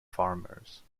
farmers